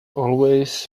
always